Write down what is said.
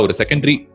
secondary